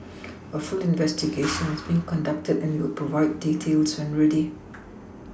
a full investigation is being conducted and we will provide details when ready